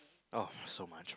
oh so much